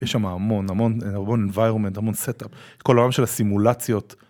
יש שם המון, המון environment, המון setup, כל העולם של הסימולציות.